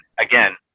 Again